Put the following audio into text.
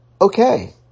okay